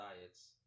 Diets